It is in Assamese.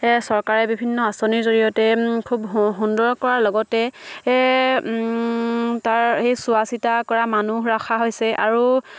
চৰকাৰে বিভিন্ন আঁচনিৰ জৰিয়তে খুব সুন্দৰ কৰাৰ লগতে তাৰ সেই চোৱা চিতা কৰা মানুহ ৰখা হৈছে আৰু